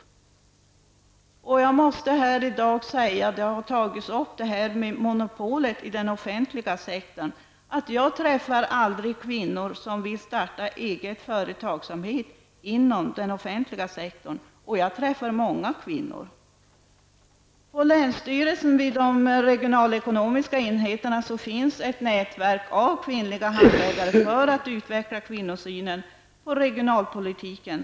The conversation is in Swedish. Monopolet inom den offentliga sektorn har tagits upp i debatten i dag. Men jag måste säga att jag aldrig träffar kvinnor som vill starta egen företagsverksamhet inom den offentliga sektorn -- och jag träffar många kvinnor. På länsstyrelsen vid de regionalekonomiska enheterna finns ett nätverk av kvinnliga handläggare som arbetar med att utveckla kvinnosynen på regionalpolitiken.